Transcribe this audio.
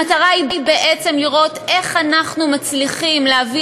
המטרה היא בעצם לראות איך אנחנו מצליחים להביא